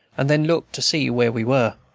and then looked to see where we were.